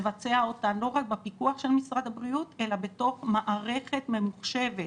מבצע אותן לא רק בפיקוח של משרד הבריאות אלא בתוך מערכת ממוחשבת